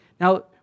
Now